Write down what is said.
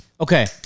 Okay